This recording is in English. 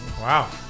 Wow